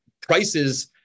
prices